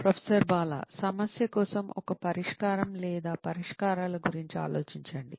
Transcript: professor Bala సమస్య కోసం ఒక పరిష్కారం లేదా పరిష్కారాల గురించి ఆలోచించండి